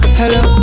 hello